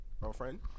girlfriend